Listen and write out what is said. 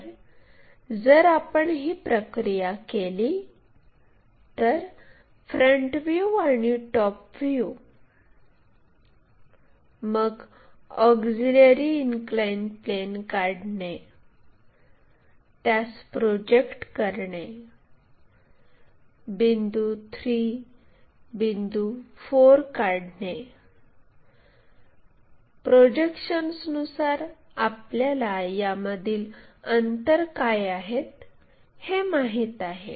तर जर आपण ही प्रक्रिया केली तर फ्रंट व्ह्यू आणि टॉप व्ह्यू मग ऑक्झिलिअरी इनक्लाइन प्लेन काढणे त्यास प्रोजेक्ट करणे बिंदू 3 बिंदू 4 काढणे प्रोजेक्शन्सनुसार आपल्याला यामधील अंतर काय आहेत हे माहित आहे